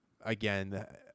again